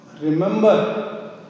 remember